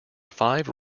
five